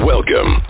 Welcome